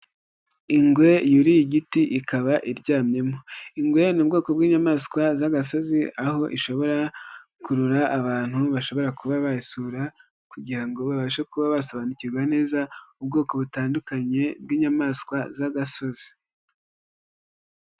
Ingwe yuriye igiti ikaba iryamyemo. Ingwe ni ubwoko bw'inyamaswa z'agasozi, aho ishobora gukurura abantu bashobora kuba bayisura, kugirango babashe kuba basobanukirwa neza ubwoko butandukanye bw'inyamaswa z'agasozi.